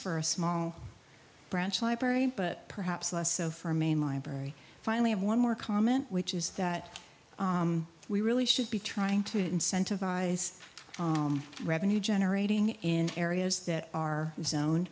for a small branch library but perhaps less so for a main library finally have one more comment which is that we really should be trying to incentivize revenue generating in areas that